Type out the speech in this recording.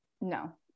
No